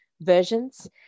versions